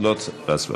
לא צריך הצבעה.